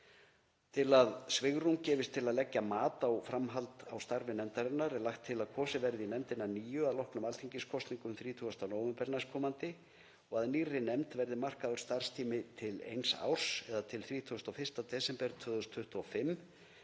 Til að svigrúm gefist til að leggja mat á framhald á starfi nefndarinnar er lagt til að kosið verði í nefndina að nýju að loknum alþingiskosningum 30. nóvember næstkomandi og að nýrri nefnd verði markaður starfstími til eins árs eða til 31. desember 2025.